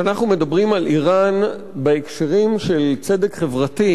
כשאנחנו מדברים על אירן בהקשרים של צדק חברתי,